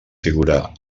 figura